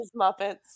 muppets